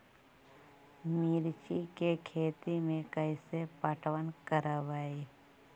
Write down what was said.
मिर्ची के खेति में कैसे पटवन करवय?